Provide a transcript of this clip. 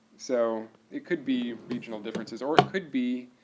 so, it could be regional differences. or it could be